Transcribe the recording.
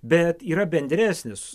bet yra bendresnis